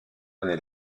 année